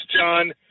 John